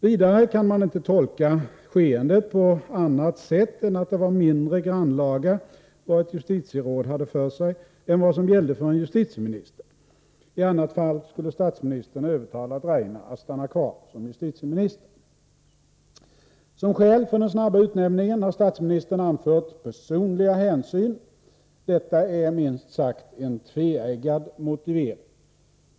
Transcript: Vidare kan man inte tolka skeendet på annat sätt än att det var mindre grannlaga vad ett justitieråd hade för sig än vad som gällde för en justitieminister. I annat fall skulle statsministern ha övertalat Rainer att stanna kvar som justitieminister. Som skäl för den snabba utnämningen har statsministern anfört personliga hänsyn. Detta är minst sagt en tveeggad motivering.